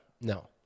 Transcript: No